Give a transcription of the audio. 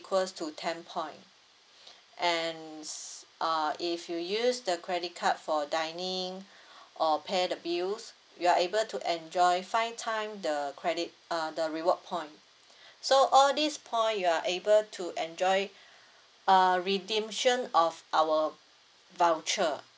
equals to ten point and uh if you use the credit card for dining or pay the bills you are able to enjoy five time the credit uh the reward point so all this point you are able to enjoy uh redemption of our voucher